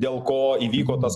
dėl ko įvyko tas